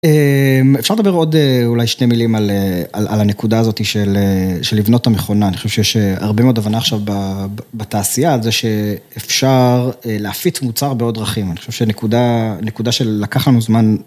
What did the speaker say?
אפשר לדבר עוד אולי שני מילים על הנקודה הזאת של לבנות את המכונה, אני חושב שיש הרבה מאוד הבנה עכשיו בתעשייה על זה שאפשר להפיץ מוצר בעוד דרכים, אני חושב שנקודה שלקח לנו זמן.